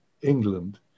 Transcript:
England